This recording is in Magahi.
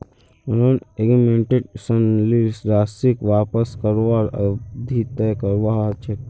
लोन एग्रीमेंटत ऋण लील राशीक वापस करवार अवधि तय करवा ह छेक